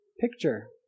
picture